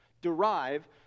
derive